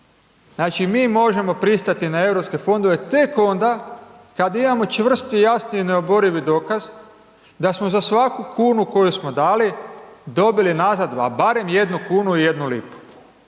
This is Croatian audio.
Znači, mi možemo pristati na Europske fondove tek onda kad imamo čvrst, jasni i neoborivi dokaz da smo za svaku kunu koju smo dali dobili nazad a barem 1 kunu i 1 lipu.